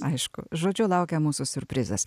aišku žodžiu laukia mūsų siurprizas